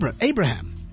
Abraham